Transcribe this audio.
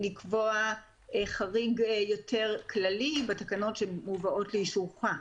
לקבוע חריג יותר כללי בתקנות שמובאות לאישורך.